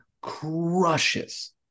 crushes